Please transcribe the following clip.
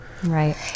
Right